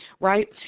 Right